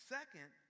Second